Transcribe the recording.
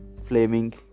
flaming